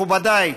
מכובדיי,